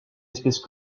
espèce